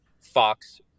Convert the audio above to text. Fox